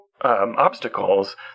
obstacles